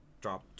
drop